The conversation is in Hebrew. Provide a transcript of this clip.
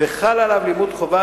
וחל עליו לימוד חובה,